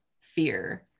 fear